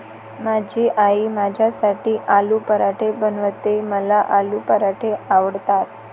माझी आई माझ्यासाठी आलू पराठे बनवते, मला आलू पराठे आवडतात